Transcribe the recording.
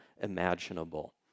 imaginable